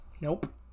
nope